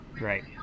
Right